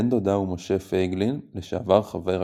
בן דודה הוא משה פייגלין, לשעבר חבר הכנסת.